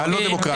הלא דמוקרטים...